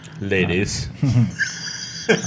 ladies